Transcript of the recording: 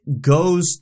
goes